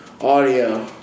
audio